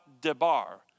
debar